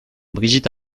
brigitte